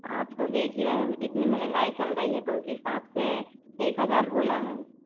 आप तो देख ही रहे होंगे कि कितनी महँगाई चल रही है तो उस हिसाब से एक हज़ार बोला है